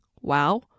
Wow